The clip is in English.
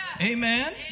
Amen